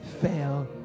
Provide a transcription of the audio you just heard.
fail